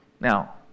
Now